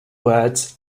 words